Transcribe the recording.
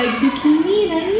zucchini and